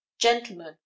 gentlemen